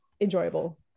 enjoyable